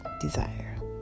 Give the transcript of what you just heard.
desire